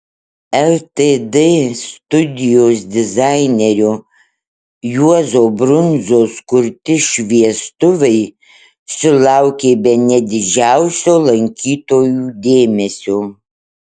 ltd studijos dizainerio juozo brundzos kurti šviestuvai sulaukė bene didžiausio lankytojų dėmesio